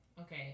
Okay